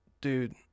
Dude